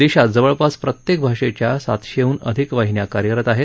देशात जवळपास प्रत्येक भाषेच्या सातशेहन अधिक वाहिन्न्या कार्यरत आहेत